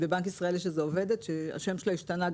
אם בבנק ישראל יש עובדת ששמה השתנה,